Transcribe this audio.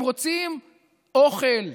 הם רוצים אוכל,